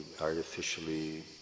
artificially